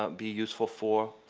ah be useful for?